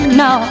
no